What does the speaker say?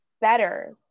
better